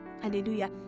Hallelujah